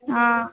हाँ